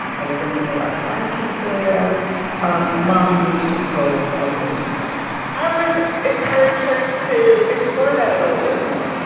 are there going to be a lot of black kids there um mom needs to probe a little deeper i would encourage her to explore that a little bit more.